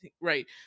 Right